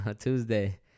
Tuesday